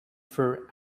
for